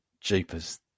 Jeepers